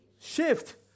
shift